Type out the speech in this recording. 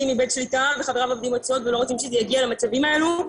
איבד שליטה וחבריו אובדים עצות ולא רוצים שזה יגיע למצבים האלו.